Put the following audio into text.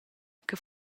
che